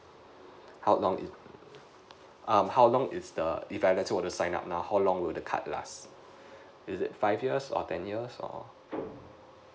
how long is um how long is the if I let's say I were to sign up now how long would the card last is it five years or ten years or